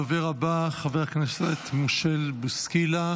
הדובר הבא, חבר הכנסת מישל בוסקילה